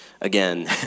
Again